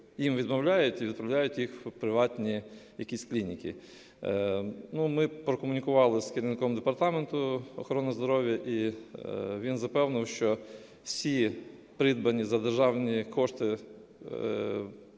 їм відмовляють і відправляють їх у приватні якісь клініки. Ми прокомунікували з керівником департаменту охорони здоров'я, і він запевнив, що все придбане за державні кошти